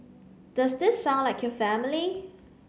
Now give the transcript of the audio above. does this sound like your family